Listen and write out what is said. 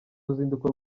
ruzinduko